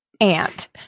Aunt